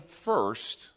first